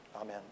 Amen